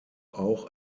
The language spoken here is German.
auch